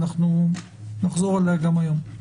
אנחנו נחזור עליה גם היום.